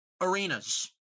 arenas